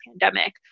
pandemic